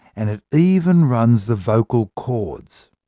and it even runs the vocal cords.